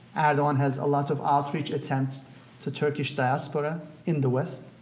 erdogan has a lot of outreach attempts to turkish diaspora in the west,